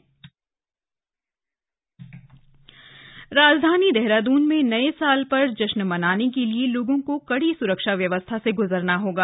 नया साल देहरादून राजधानी देहरादून में नए साल पर जश्न मनाने के लिए लोगों को कड़ी सुरक्षा व्यवस्था से ग्जरना होगा